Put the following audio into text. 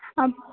அப்